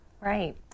Right